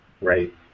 Right